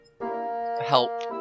help